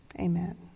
Amen